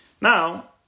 Now